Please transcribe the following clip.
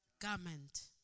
garment